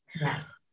Yes